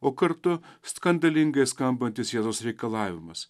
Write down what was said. o kartu skandalingai skambantis jėzaus reikalavimas